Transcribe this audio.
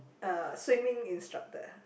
uh swimming instructor